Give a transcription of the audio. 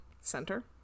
Center